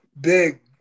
big